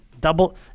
Double